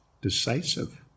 decisive